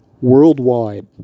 worldwide